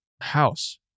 house